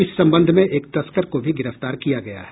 इस संबंध में एक तस्कर को भी गिरफ्तार किया गया है